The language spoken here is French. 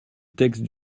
texte